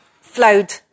flowed